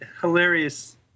hilarious